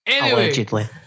Allegedly